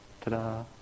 ta-da